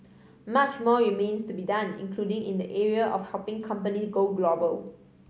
much more remains to be done including in the area of helping companies go global